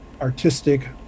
Artistic